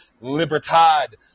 Libertad